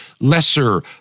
lesser